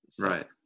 Right